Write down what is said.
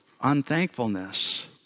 unthankfulness